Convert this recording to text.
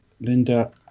Linda